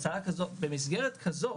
במסגרת כזאת,